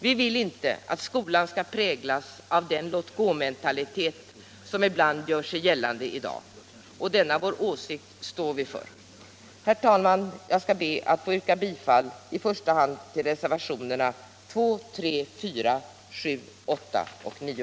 Vi vill inte att skolan skall präglas av den låt-gå-mentalitet som alltmer gör sig gällande i dag, och denna vår åsikt står vi för. Herr talman! Jag yrkar bifall till reservationerna 2, 3, 4, 7, 8 och 9.